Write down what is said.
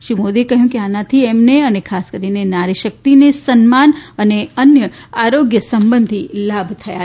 શ્રી મોદીએ કહ્યું કે આનાથી અમને અને ખાસ કરીને નારીશક્તિને સન્માન અને અન્ય આરોગ્ય સંબંધી લાભ થયા છે